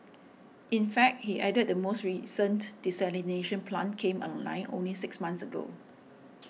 in fact he added the most recent desalination plant came online only six months ago